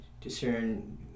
discern